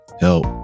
help